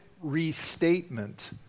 restatement